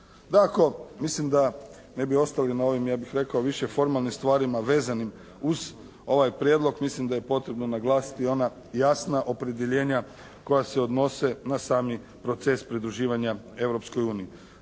Dakako, mislim da ne bi ostali na ovim, ja bih rekao više formalnim stvarima vezanim uz ovaj prijedlog, mislim da je potrebno naglasiti i ona jasna opredjeljenja koja se odnose na sam i proces pridruživanja